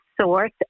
source